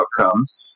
outcomes